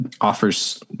offers